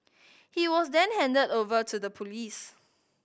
he was then handed over to the police